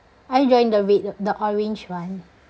are you drawing the red the orange one